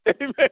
Amen